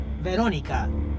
Veronica